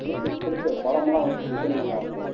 fruit fruit பழமெல்லாம் வைச்சு design பண்ணுவாங்கள்ல அது